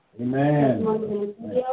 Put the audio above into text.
Amen